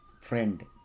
friend